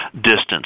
distance